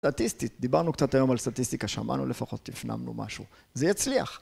סטטיסטית. דיברנו קצת היום על סטטיסטיקה, שמענו לפחות, הפנמנו משהו. זה יצליח!